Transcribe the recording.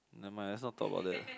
never mind let's not talk about that